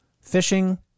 fishing